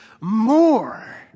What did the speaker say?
more